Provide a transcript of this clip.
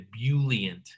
ebullient